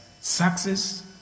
success